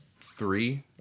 three